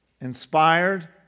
inspired